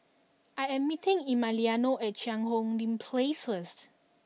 I am meeting Emiliano at Cheang Hong Lim Place first